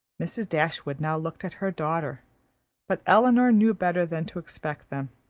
mrs. dashwood now looked at her daughter but elinor knew better than to expect them.